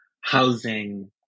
housing